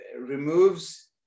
removes